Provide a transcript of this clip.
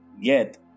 get